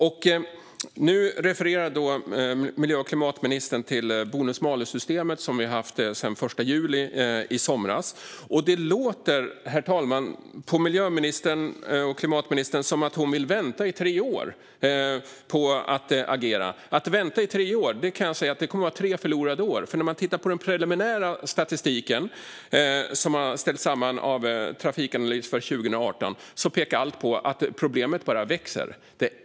Miljö och klimatministern refererar nu till bonus-malus-systemet som vi har haft sedan den 1 juli i somras. Det låter, herr talman, på ministern som att hon vill vänta i tre år med att agera. Att vänta i tre år kommer att innebära tre förlorade år. I den preliminära statistiken för 2018, som Trafikanalys har ställt samman, pekar allt på att problemet bara växer.